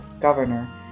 governor